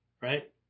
right